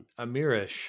amirish